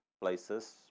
Places